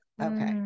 Okay